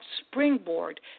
springboard